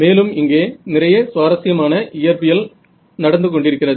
மேலும் இங்கே நிறைய சுவாரசியமான இயற்பியல் இங்கே நடந்து கொண்டிருக்கிறது